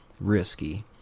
risky